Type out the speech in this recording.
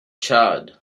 charred